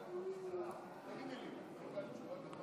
שלושה